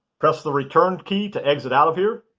press the return key to exit out of here.